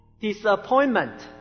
disappointment